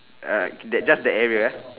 ah can just that area uh